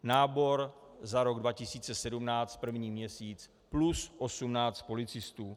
Nábor za rok 2017, první měsíc, plus 18 policistů.